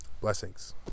Blessings